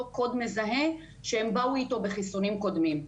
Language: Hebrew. קוד מזהה שהם באו איתו בחיסונים קודמם.